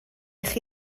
chi